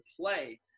play